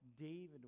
David